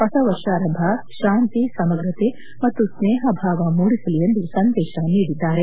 ಹೊಸ ವರ್ಷಾರಂಭ ಶಾಂತಿ ಸಮಗ್ರತೆ ಮತ್ತು ಸ್ನೇಹ ಭಾವ ಮೂಡಿಸಲಿ ಎಂದು ಸಂದೇಶ ನೀಡಿದ್ದಾರೆ